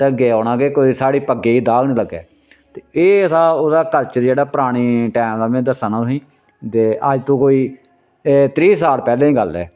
ढंगै औना कि कोई साढ़ी पग्गै दाग नी लग्गै ते एह् था ओहदा कल्चर जेह्ड़ा पराने टैम दा में दस्सा ना तुसेंगी ते अज्ज तो कोई एह् त्रीह् साल पैह्लें दी गल्ल ऐ